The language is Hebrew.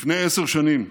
לפני עשר שנים,